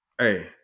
hey